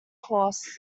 choice